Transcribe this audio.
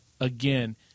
again